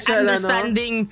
understanding